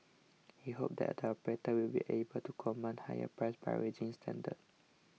he hopes that operators will be able to command higher prices by raising standards